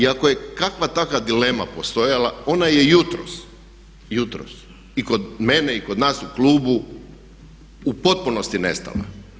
I ako je kakva takva dilema postojala ona je jutros, jutros i kod mene i kod nas u klubu u potpunosti nestala.